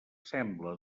sembla